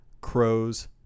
crow's